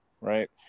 right